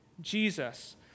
Jesus